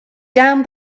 down